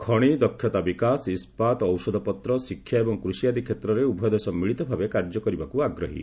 ଖଶି ଦକ୍ଷତା ବିକାଶ ଇସ୍କାତ ଔଷଧପତ୍ର ଶିକ୍ଷା ଏବଂ କୃଷି ଆଦି କ୍ଷେତ୍ରରେ ଉଭୟ ଦେଶ ମିଳିତ ଭାବେ କାର୍ଯ୍ୟ କରିବାକୁ ଆଗ୍ରହୀ